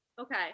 Okay